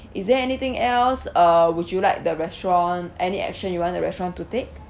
is there anything else uh would you like the restaurant any action you want the restaurant to take